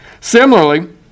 Similarly